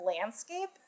landscape